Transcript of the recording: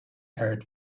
heard